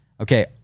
Okay